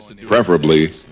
preferably